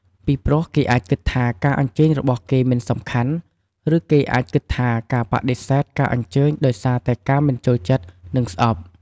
ពីព្រោះគេអាចគិតថាការអញ្ជើញរបស់គេមិនសំខាន់ ឬគេអាចគិតថាការបដិសេធការអញ្ជើញដោយសារតែការមិនចូលចិត្ត និងស្អប់។